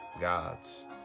gods